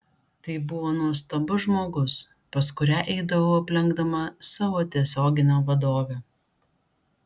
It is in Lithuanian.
tai buvo nuostabus žmogus pas kurią eidavau aplenkdama savo tiesioginę vadovę